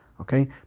Okay